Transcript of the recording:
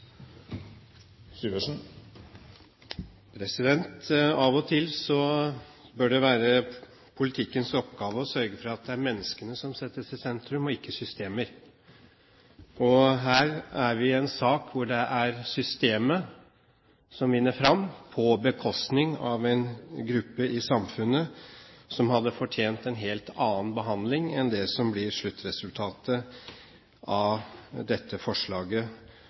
menneskene som settes i sentrum, og ikke systemer. Her har vi en sak hvor det er systemet som vinner fram, på bekostning av en gruppe i samfunnet som hadde fortjent en helt annen behandling enn det som blir sluttresultatet av dette forslaget